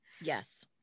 Yes